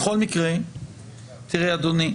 בכל מקרה, אדוני,